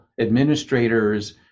administrators